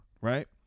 right